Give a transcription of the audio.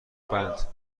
بند